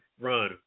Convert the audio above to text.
run